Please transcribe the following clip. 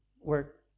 work